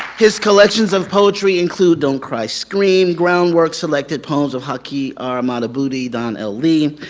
his collections of poetry include don't cry, scream, groundwork selected poems of haki r. madhubuti don l. lee.